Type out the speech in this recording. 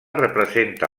representa